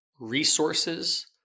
resources